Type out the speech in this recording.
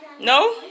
No